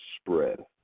spread